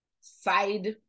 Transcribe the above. side